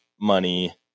money